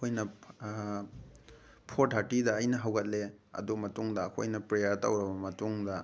ꯑꯩꯈꯣꯏꯅ ꯐꯣꯔ ꯊꯥꯔꯇꯤꯗ ꯑꯩꯅ ꯍꯧꯒꯠꯂꯦ ꯑꯗꯨ ꯃꯇꯨꯡꯗ ꯑꯩꯈꯣꯏꯅ ꯄ꯭ꯔꯦꯌꯔ ꯇꯧꯔꯕ ꯃꯇꯨꯡꯗ